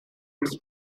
its